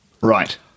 Right